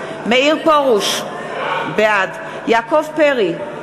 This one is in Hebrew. נגד מאיר פרוש, בעד יעקב פרי,